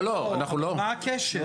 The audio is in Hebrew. מה הקשר?